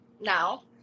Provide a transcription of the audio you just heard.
now